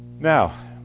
Now